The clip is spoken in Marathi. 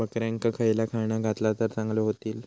बकऱ्यांका खयला खाणा घातला तर चांगल्यो व्हतील?